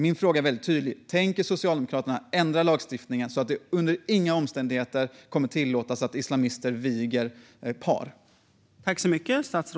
Min fråga är väldigt tydlig: Tänker Socialdemokraterna ändra lagstiftningen så att det under inga omständigheter kommer att tillåtas att islamister viger ett par?